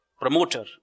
promoter